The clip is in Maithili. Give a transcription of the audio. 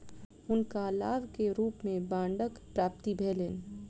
हुनका लाभ के रूप में बांडक प्राप्ति भेलैन